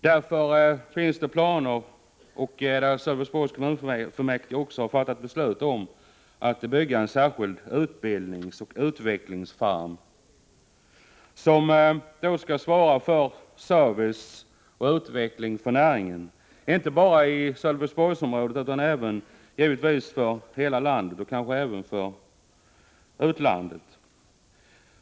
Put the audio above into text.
Därför har Sölvesborgs kommunfullmäktige fattat beslut om att bygga en särskild utbildningsoch utvecklingsfarm, som skall svara för service för och utveckling av näringen, inte bara i Sölvesborgsområdet utan givetvis för hela landet och kanske även för utlandet.